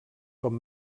com